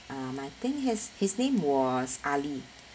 uh I think his his name was ali